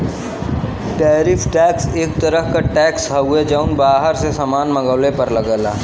tariff tax एक तरह क टैक्स हउवे जौन बाहर से सामान मंगवले पर लगला